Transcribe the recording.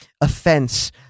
offense